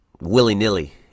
willy-nilly –